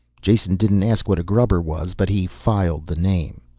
jason didn't ask what a grubber was but he filed the name.